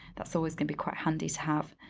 that's always gonna be quite handy to have.